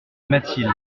mathilde